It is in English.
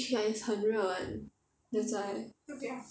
ya is 很热 [one] that's why